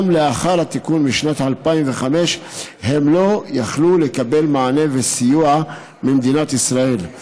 גם לאחר התיקון משנת 2005 הם לא יכלו לקבל מענה וסיוע ממדינת ישראל.